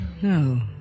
No